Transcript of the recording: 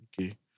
Okay